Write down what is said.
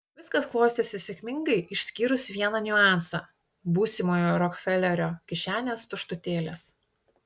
viskas klostėsi sėkmingai išskyrus vieną niuansą būsimojo rokfelerio kišenės tuštutėlės